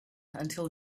until